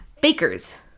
Bakers